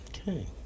Okay